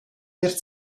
mir